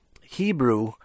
Hebrew